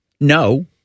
no